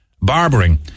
barbering